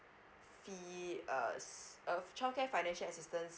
fee err s~ uh childcare financial assistance